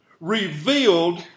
revealed